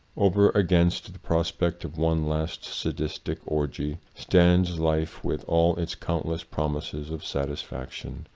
over against the pros pect of one last sadistic orgy, stands life with all its countless promises of satisfaction.